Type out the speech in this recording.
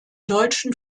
deutschen